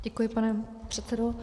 Děkuji, pane předsedo.